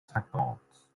cinquante